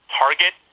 target